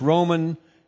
Roman